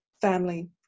family